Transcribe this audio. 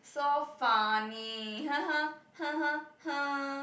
so funny